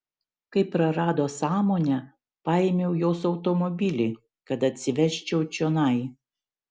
kai prarado sąmonę paėmiau jos automobilį kad atsivežčiau čionai